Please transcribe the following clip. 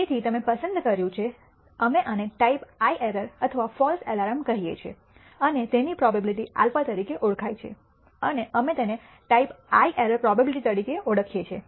તેથી તમે પસંદ કર્યું છે અમે આને ટાઈપ આઇ એરર અથવા ફૉલ્સ અલાર્મ કહીએ છીએ અને તેની પ્રોબેબીલીટી α તરીકે ઓળખાય છે અને અમે તેને ટાઈપ આઇ એરર પ્રોબેબીલીટી તરીકે ઓળખીએ છીએ